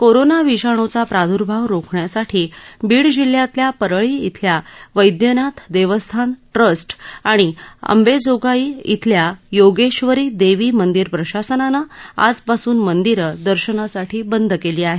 corona विषाणूचा प्राद्रभाव रोखण्यासाठी बीड जिल्ह्यातल्या परळी इथल्या वव्व्यनाथ देवस्थान ट्रस्ट आणी अंबाजोगाई इथळ्या योगेश्वरी देवी मंदिर प्रशासनानं आजपासून मंदीरं दर्शनासाठी बंद केली आहेत